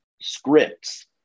scripts